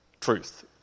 truth